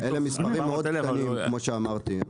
כמו שאמרתי,